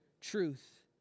truth